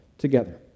together